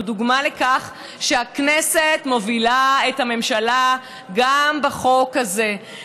הוא דוגמה לכך שהכנסת מובילה את הממשלה גם בחוק הזה,